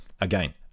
Again